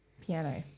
piano